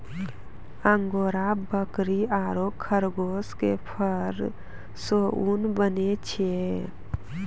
angora बकरी आरो खरगोश के फर सॅ ऊन बनै छै